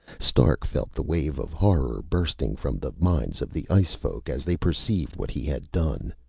stark felt the wave of horror bursting from the minds of the ice-folk as they perceived what he had done.